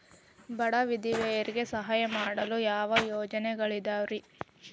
ಬಡ ವಿಧವೆಯರಿಗೆ ಸಹಾಯ ಮಾಡಲು ಯಾವ ಯೋಜನೆಗಳಿದಾವ್ರಿ?